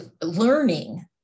learning